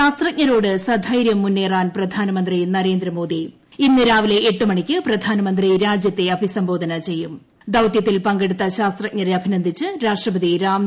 ശാസ്ത്രജ്ഞരോട് സൈര്യം മുന്നേറ്റാൻ പ്രധാനമന്ത്രി നരേന്ദ്രമോദി ഇന്ന് രാവിലെ എട്ട് മണിക്ക് പ്രധാനമൃത്തി രാജ്ച്യത്തെ അഭിസംബോധന ചെയ്യും ദൌത്യത്തിൽ പങ്കെടുത്ത ശാസ്ത്രിജ്ഞരെ അഭിനന്ദിച്ച് രാഷ്ട്രപതി രാംനാഥ് കോവിന്ദ്